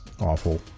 awful